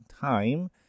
time